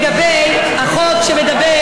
התשע"ט 2018, מבקשת להביא לשינוי תפיסתי וחברתי